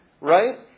right